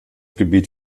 gebiet